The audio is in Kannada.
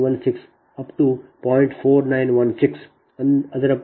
20840 0